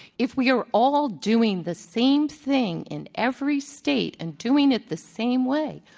if we are all doing the same thing in every state and doing it the same way,